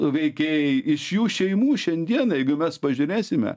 veikėjai iš jų šeimų šiandieną jeigu mes pažiūrėsime